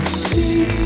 see